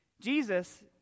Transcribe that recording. Jesus